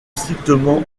strictement